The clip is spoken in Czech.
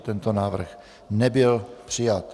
Tento návrh nebyl přijat.